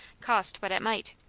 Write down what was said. cost what it might.